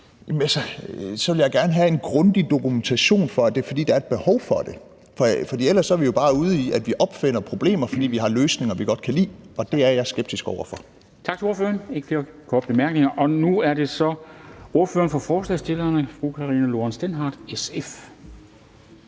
så vil jeg gerne have en grundig dokumentation for, at det er, fordi der er et behov for det, for ellers er vi jo bare ude i, at vi opfinder problemer, fordi vi har løsninger, som vi godt kan lide. Og det er jeg skeptisk over for. Kl. 11:20 Formanden (Henrik Dam Kristensen): Tak til ordføreren. Der er ikke flere korte bemærkninger. Og nu er det så ordføreren for forslagsstillerne, fru Karina Lorentzen Dehnhardt, SF.